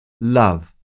Love